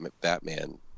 Batman